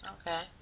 Okay